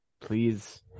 Please